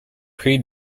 pre